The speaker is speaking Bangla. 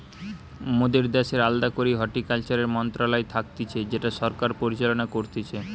মোদের দ্যাশের আলদা করেই হর্টিকালচারের মন্ত্রণালয় থাকতিছে যেটা সরকার পরিচালনা করতিছে